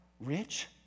rich